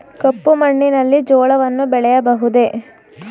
ಕಪ್ಪು ಮಣ್ಣಿನಲ್ಲಿ ಜೋಳವನ್ನು ಬೆಳೆಯಬಹುದೇ?